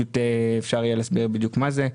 פשוט אפשר יהיה להסביר בדיוק מה זה.